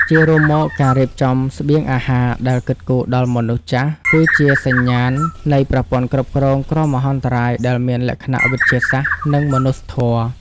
ជារួមមក ការរៀបចំស្បៀងអាហារដែលគិតគូរដល់មនុស្សចាស់ គឺជាសញ្ញាណនៃប្រព័ន្ធគ្រប់គ្រងគ្រោះមហន្តរាយដែលមានលក្ខណៈវិទ្យាសាស្ត្រ និងមនុស្សធម៌។